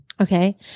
Okay